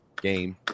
game